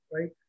right